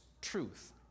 truth